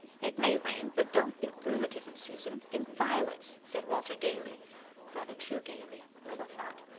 it may rain but don't think rheumatism, susan think violets, said walter gaily rather too gaily, rilla thought.